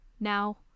Now